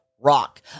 Rock